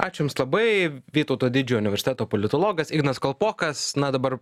ačiū jums labai vytauto didžiojo universiteto politologas ignas kalpokas na dabar